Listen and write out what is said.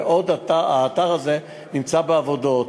והאתר הזה נמצא עדיין בעבודות.